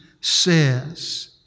says